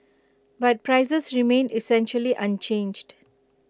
but prices remained essentially unchanged